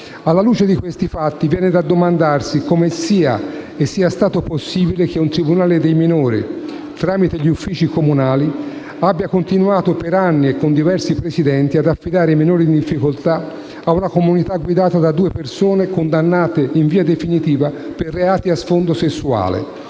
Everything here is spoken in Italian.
Alla luce di questi fatti viene da domandarsi come sia e sia stato possibile che un tribunale dei minori - tramite gli uffici comunali - abbia continuato per anni (e con diversi presidenti) ad affidare minori in difficoltà ad una comunità guidata da due persone condannate in via definitiva per reati a sfondo sessuale.